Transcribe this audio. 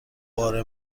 بار